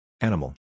Animal